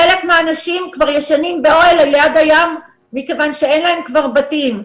חלק מהאנשים כבר ישני באוהל ליד הים מכיוון שאין להם כבר בתים.